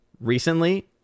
Recently